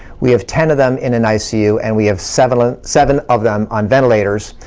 we have ten of them in an icu and we have seven seven of them on ventilators.